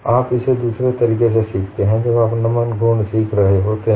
आप इसे दूसरे तरीके से सीखते हैं जब आप नमन घूर्ण सीख रहे होते हैं